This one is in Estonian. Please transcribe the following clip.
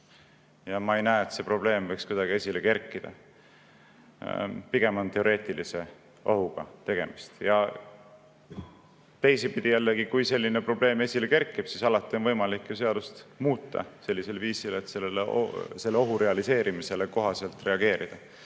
Ja ma ei näe, et see probleem võiks kuidagi esile kerkida. Pigem on tegemist teoreetilise ohuga. Teisipidi jällegi, kui selline probleem esile kerkib, siis alati on võimalik seadust muuta viisil, et selle ohu realiseerimisele kohaselt reageerida.